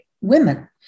women